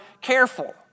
careful